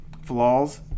flaws